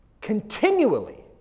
Continually